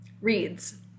reads